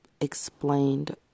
explained